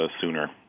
sooner